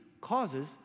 causes